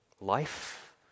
life